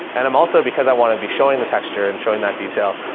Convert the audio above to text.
and i'm also because i want to be showing the texture and showing that detail.